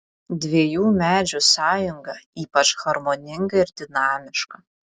dviejų medžių sąjunga ypač harmoninga ir dinamiška